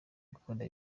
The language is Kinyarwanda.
akora